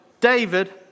David